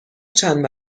چند